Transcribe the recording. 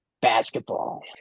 basketball